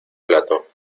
plato